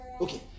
Okay